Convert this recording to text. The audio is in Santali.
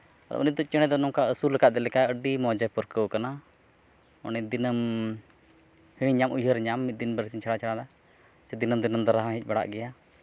ᱟᱫᱚ ᱩᱱᱤ ᱫᱚ ᱪᱮᱬᱮ ᱫᱚ ᱱᱚᱝᱠᱟ ᱟᱹᱥᱩᱞ ᱟᱠᱟᱫᱮ ᱞᱮᱠᱟ ᱟᱹᱰᱤ ᱢᱚᱡᱽ ᱮ ᱯᱟᱹᱨᱠᱟᱹᱣ ᱠᱟᱱᱟ ᱩᱱᱤ ᱫᱤᱱᱟᱹᱢ ᱦᱤᱲᱤᱧ ᱧᱟᱢ ᱩᱭᱦᱟᱹᱮ ᱧᱟᱢ ᱢᱤᱫ ᱫᱤᱱ ᱵᱟᱨ ᱥᱤᱧ ᱪᱷᱟᱲᱟ ᱪᱷᱟᱲᱟ ᱥᱮ ᱫᱤᱱᱟᱹ ᱫᱤᱱᱟᱹ ᱫᱷᱟᱨᱟ ᱦᱚᱸᱭ ᱦᱮᱡ ᱵᱟᱲᱟᱜ ᱜᱮᱭᱟ